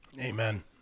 Amen